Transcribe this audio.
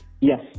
Yes